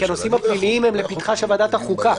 כי הנושאים הפליליים הם לפתחה של ועדת החוקה.